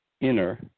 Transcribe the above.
inner